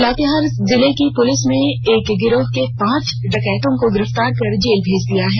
लातेहार जिले की पुलिस ने एक गिरोह के पांच डकैतों को गिरफ्तार कर जेल भेज दिया है